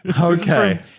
Okay